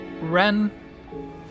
Ren